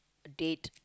date